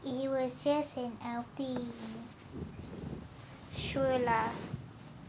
it was just an outing sure lah